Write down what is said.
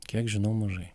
kiek žinau mažai